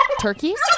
turkeys